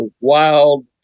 wild